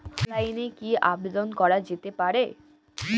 অফলাইনে কি আবেদন করা যেতে পারে?